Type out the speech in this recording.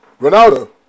Ronaldo